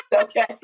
Okay